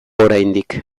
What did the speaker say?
oraindik